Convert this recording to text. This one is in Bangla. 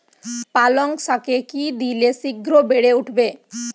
পালং শাকে কি দিলে শিঘ্র বেড়ে উঠবে?